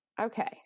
Okay